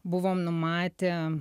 buvom numatę